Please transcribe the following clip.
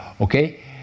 Okay